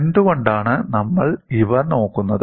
എന്തുകൊണ്ടാണ് നമ്മൾ ഇവ നോക്കുന്നത്